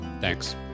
Thanks